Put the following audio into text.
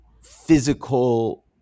physical